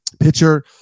pitcher